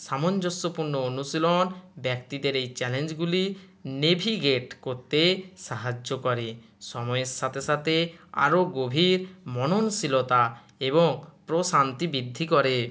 সামঞ্জস্যপূর্ণ অনুশীলন ব্যক্তিদের এই চ্যালেঞ্জগুলি নেভিগেট করতে সাহায্য করে সময়ের সাথে সাথে আরও গভীর মননশীলতা এবং প্রশান্তি বৃদ্ধি করে